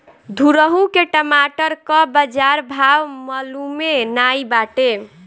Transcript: घुरहु के टमाटर कअ बजार भाव मलूमे नाइ बाटे